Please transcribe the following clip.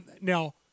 Now